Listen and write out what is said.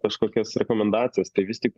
kažkokias rekomendacijas tai vis tik